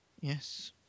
Yes